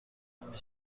همه